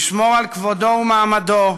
לשמור על כבודו ומעמדו,